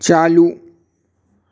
चालू